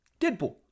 Deadpool